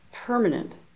Permanent